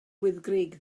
wyddgrug